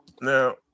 Now